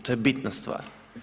To je bitna stvar.